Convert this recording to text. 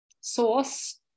source